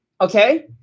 Okay